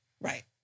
Right